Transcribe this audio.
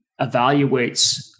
evaluates